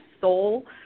soul